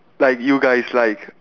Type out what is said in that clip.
like you guys like